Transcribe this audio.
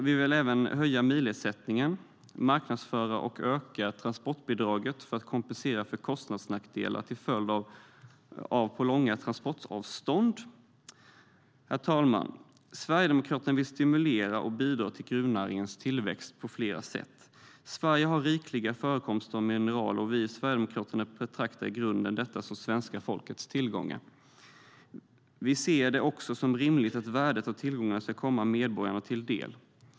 Vi vill höja milersättningen och marknadsföra och öka transportbidraget för att kompensera för kostnadsnackdelar till följd av långa transportavstånd. Herr talman! Sverigedemokraterna vill stimulera och bidra till gruvnäringens tillväxt på flera sätt. Sverige har rikliga förekomster av mineraler, och vi i Sverigedemokraterna betraktar i grunden dessa som svenska folkets tillgångar. Vi ser det som rimligt att värdet av tillgångarna ska komma medborgarna till del.